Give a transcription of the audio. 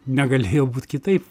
negalėjo būt kitaip